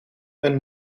een